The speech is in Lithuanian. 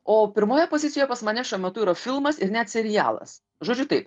o pirmoje pozicijoje pas mane šiuo metu yra filmas ir net serialas žodžiu taip